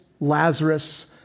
Lazarus